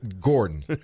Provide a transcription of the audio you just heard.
Gordon